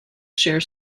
share